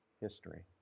history